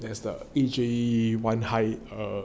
there's the A_J one high err